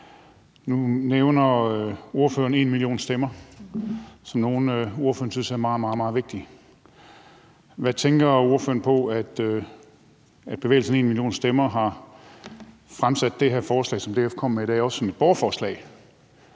Nu nævner ordføreren #enmillionstemmer som nogle, ordføreren synes er meget, meget vigtige. Hvad tænker ordføreren om, at bevægelsen #enmillionstemmer har fremsat det her forslag, som DF kommer med i dag, også som et borgerforslag